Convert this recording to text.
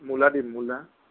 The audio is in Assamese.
মূলা দিম মূলা